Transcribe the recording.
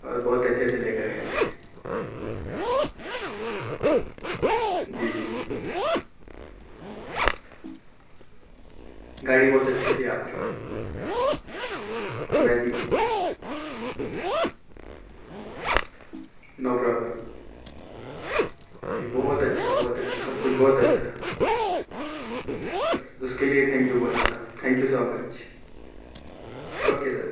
اور بہت اچھے سے لے کر گئے مجھے جی جی جی گاڑی بہت اچھی تھی آپ کی امیزنگ نو پرابلم نہیں بہت اچھا بہت اچھا سب کچھ بہت اچھا تھا بس اس کے لیے تھینک یو بولنا تھا thank you so much okay sir